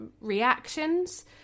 reactions